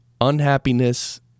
unhappiness